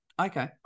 Okay